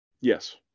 yes